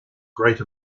great